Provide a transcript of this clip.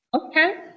Okay